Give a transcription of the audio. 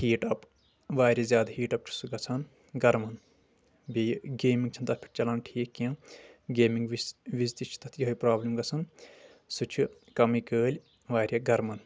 heat up واریاہ زیادٕ heat up چھُ سُہ گژھان گرمان بیٚیہِ گیمنٛگ چھنہٕ تتھ پٮ۪ٹھ چلان ٹھیٖک کینٛہہ گیمنٛگ وِزِ وِزِ تہِ چھِ تتھ یِہَے پرابلِم گژھان سُہ چھُ کمٕے کٲلۍ واریاہ گرمان